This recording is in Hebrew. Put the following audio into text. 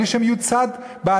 בלי שהם יהיו צד בעתירה,